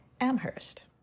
Amherst